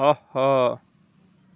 آہا